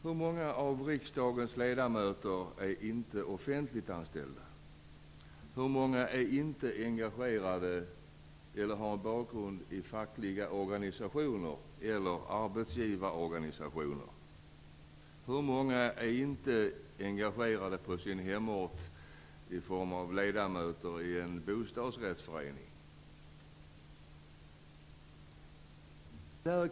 Hur många av riksdagens ledamöter är inte offentligt anställda? Hur många är inte engagerade eller har en bakgrund i fackliga organisationer eller arbetsgivarorganisationer? Hur många är inte engagerade på sin hemort i egenskap av ledamot i en bostadsrättsförening?